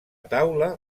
taula